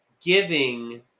giving